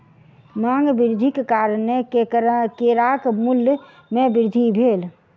मांग वृद्धिक कारणेँ केराक मूल्य में वृद्धि भेल